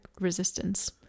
resistance